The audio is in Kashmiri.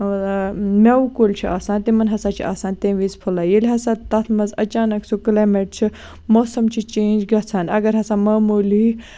میوٕ کُلۍ چھِ آسان تِمن ہسا چھِ آسان تَمہِ وِزِ پھُوٚلٕے ییٚلہِ ہسا تَتھ منٛز اَچانَک سُہ کٔلیمیٹ چھُ موسَم چھُ چینج گژھان اَگر ہسا معموٗلی